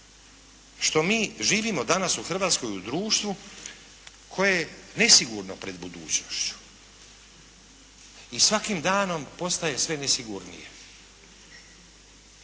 što mi živimo danas u Hrvatskoj u društvu koje je nesigurno pred budućnošću i svakim danom postaje sve nesigurnije.